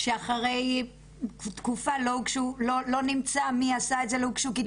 שאחרי תקופה לא נמצא מי עשה את זה ולא הוגש כתב אישום?